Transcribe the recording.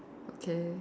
okay